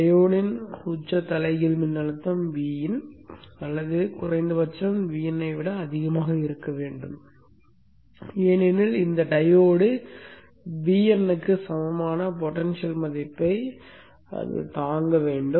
டையோடின் உச்ச தலைகீழ் மின்னழுத்தம் Vin அல்லது குறைந்தபட்சம் Vin ஐ விட அதிகமாக இருக்க வேண்டும் ஏனெனில் இந்த டையோடு Vin க்கு சமமான பொடென்ஷியல் மதிப்பை தாங்க வேண்டும்